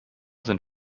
sind